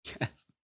Yes